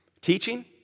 Teaching